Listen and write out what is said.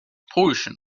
portion